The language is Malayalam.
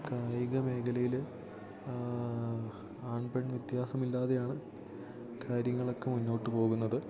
കായിക മേഘലയിൽ ആൺപെൺ വ്യത്യാസമില്ലാതെയാണ് കാര്യങ്ങളൊക്കെ മുന്നോട്ടു പോകുന്നത്